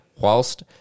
Whilst